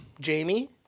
Jamie